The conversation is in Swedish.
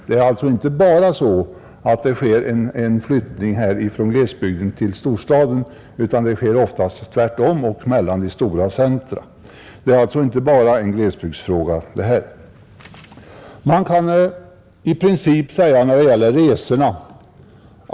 Det är således inte bara en flyttning från glesbygden till storstaden utan ofta tvärtom och mellan stora centra, I princip kan man säga att det är på likartat sätt när det gäller resorna.